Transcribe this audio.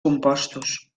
compostos